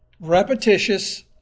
repetitious